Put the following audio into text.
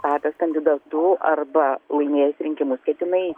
tapęs kandidatu arba laimės rinkimus ketinai